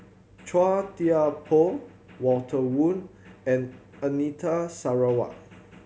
Chua Thian Poh Walter Woon and Anita Sarawak